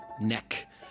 neck